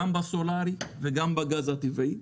גם בסולארי וגם בגז הטבעי,